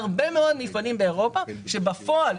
יש הרבה מאוד מפעלים באירופה שבפועל,